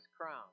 crown